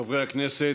חברי הכנסת,